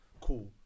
Cool